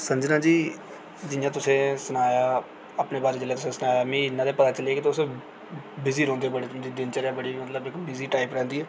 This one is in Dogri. संजना जी जि'यां तुसें सनाया अपने बारै च जेल्लै मिगी तुसें सनाया मिगी इ'न्ना ते पता चली आ कि तुस बिजी रौह्ंदे ओ बड़े दिनचर्या बड़ी मतलब बिजी टाइप रैह्ंदी ऐ